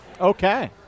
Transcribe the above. Okay